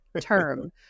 Term